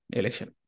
election